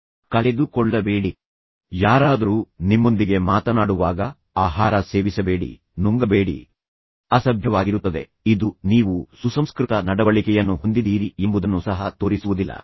ಉದಾಹರಣೆಗೆ ತಿನ್ನಬೇಡಿ ಅಥವಾ ಅಗಿಯಬೇಡಿ ಚೂಯಿಂಗ್ ಗಮ್ ಅಥವಾ ಯಾರಾದರೂ ನಿಮ್ಮೊಂದಿಗೆ ಮಾತನಾಡುವಾಗ ಆಹಾರ ಸೇವಿಸಬೇಡಿ ನುಂಗಬೇಡಿ ಅಸಭ್ಯವಾಗಿರುತ್ತದೆ ಇದು ನೀವು ಸುಸಂಸ್ಕೃತ ನಡವಳಿಕೆಯನ್ನು ಹೊಂದಿದ್ದೀರಿ ಎಂಬುದನ್ನು ಸಹ ತೋರಿಸುವುದಿಲ್ಲ